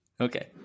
okay